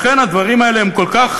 לכן הדברים האלה כל כך